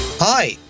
Hi